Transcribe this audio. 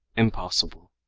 impossible.